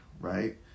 right